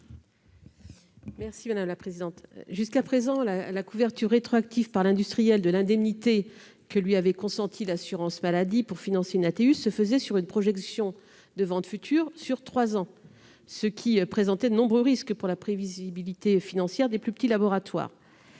l'avis de la commission ? Jusqu'à présent, la couverture rétroactive par l'industriel de l'indemnité que lui avait consentie l'assurance maladie pour financer une ATU se faisait sur une projection de ventes futures sur trois ans, ce qui présentait de nombreux risques pour la prévisibilité financière des plus petits laboratoires.